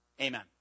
Amen